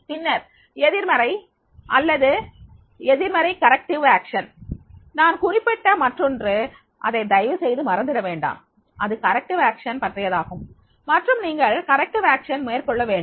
பின்னர் நேர்மறை அல்லது எதிர்மறை அல்லது திருத்தம் நடவடிக்கை நான் குறிப்பிட்ட மற்றொன்று அதை தயவு செய்து மறந்துவிட வேண்டாம் அது திருத்தம் நடவடிக்கை பற்றியதாகும் மற்றும் நீங்கள் திருத்தம் நடவடிக்கை மேற்கொள்ள வேண்டும்